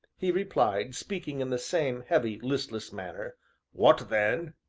he replied, speaking in the same heavy, listless manner what then?